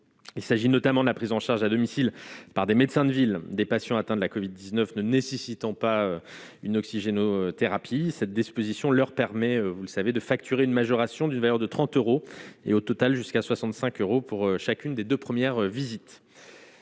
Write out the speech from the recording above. il s'agit notamment de la prise en charge à domicile par des médecins de ville, des patients atteints de la COVID 19 ne nécessitant pas une oxygénothérapie cette disposition leur permet, vous le savez de facturer une majoration d'une valeur de 30 euros et au total jusqu'à 65 euros pour chacune des 2 premières visites